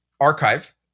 archive